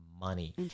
money